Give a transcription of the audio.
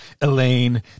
Elaine